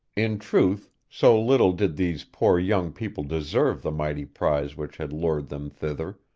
in truth, so little did these poor young people deserve the mighty prize which had lured them thither,